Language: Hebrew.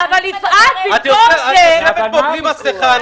את יושבת פה בלי מסכה,